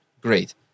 great